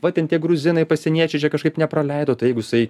va ten tie gruzinai pasieniečiai čia kažkaip nepraleido tai jeigu jisai